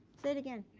say it again,